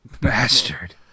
Bastard